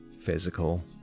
physical